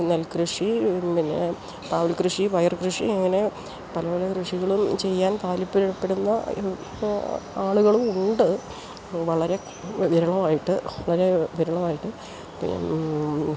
നെൽകൃഷിയും പിന്നെ പാവൽ കൃഷി പയർ കൃഷി അങ്ങനെ പല പല കൃഷികളും ചെയ്യാൻ താൽപ്പര്യപ്പെടുന്ന ആളുകൾ ഉണ്ട് വളരെ വിരളവായിട്ട് വളരെ വിരളവായിട്ട് പിന്നെ